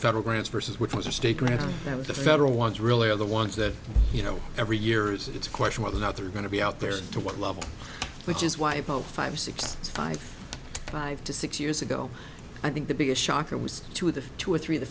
federal grants versus which ones are state grants and the federal ones really are the ones that you know every years it's a question whether or not they're going to be out there to what level which is why about five six five five to six years ago i think the biggest shocker was two of the two or three the